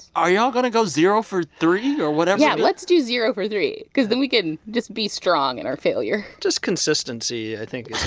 are y'all going to go zero for three or whatever? yeah, let's do zero for three because then we can just be strong in our failure just consistency, i think,